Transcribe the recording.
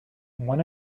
one